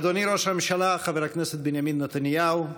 אדוני ראש הממשלה חבר הכנסת בנימין נתניהו,